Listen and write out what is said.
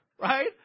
right